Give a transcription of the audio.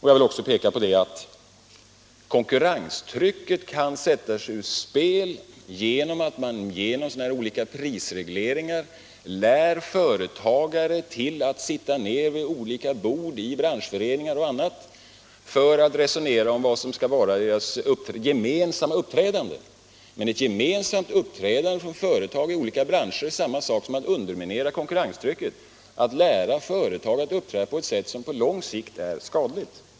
Jag vill också peka på att konkurrenstrycket kan sättas ur spel genom 9 att företagen lär sig att i samband med prisregleringar slå sig ned vid olika bord — i branschföreningar osv. — och resonera om ett gemensamt uppträdande. Ett gemensamt uppträdande från företag i en bransch är detsamma som en underminering av konkurrenstrycket, och att lära företag att uppträda på ett sådant sätt är på lång sikt skadligt.